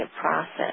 process